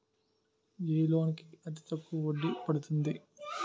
ఏ loan కి అతి తక్కువ వడ్డీ పడుతుంది?